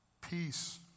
peace